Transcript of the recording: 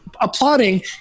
applauding